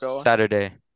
Saturday